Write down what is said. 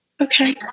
Okay